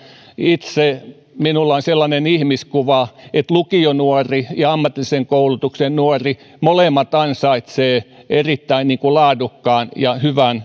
minulla itselläni on sellainen ihmiskuva että lukionuori ja ammatillisen koulutuksen nuori molemmat ansaitsevat erittäin laadukkaan ja